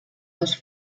dos